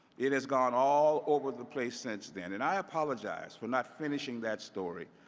it has gone all over the place since then. and i apologize for not finishing that story,